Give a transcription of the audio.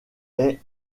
est